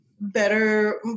better